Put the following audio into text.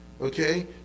Okay